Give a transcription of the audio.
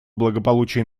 благополучие